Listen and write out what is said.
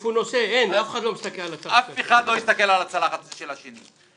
תחליפו נושא, אף אחד לא מסתכל על הצלחת של השני.